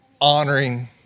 honoring